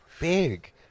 big